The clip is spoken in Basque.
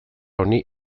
honi